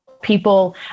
people